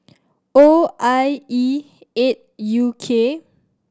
O I E eight U K